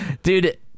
Dude